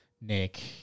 Nick